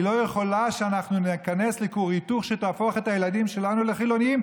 היא לא יכולה שאנחנו ניכנס לכור היתוך שיהפוך את הילדים שלנו לחילונים,